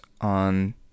on